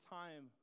time